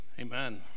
Amen